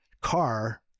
car